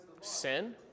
Sin